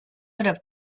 have